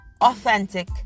authentic